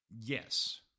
yes